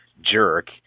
jerk